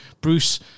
Bruce